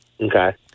Okay